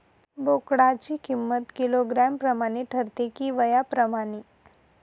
बोकडाची किंमत किलोग्रॅम प्रमाणे ठरते कि वयाप्रमाणे?